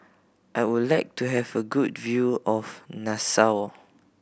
I would like to have a good view of Nassau